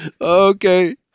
Okay